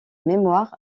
mémoire